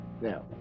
Now